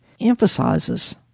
emphasizes